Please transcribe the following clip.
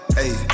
hey